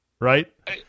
Right